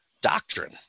doctrine